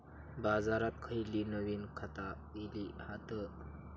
बाजारात खयली नवीन खता इली हत?